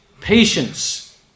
patience